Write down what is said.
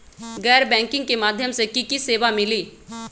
गैर बैंकिंग के माध्यम से की की सेवा मिली?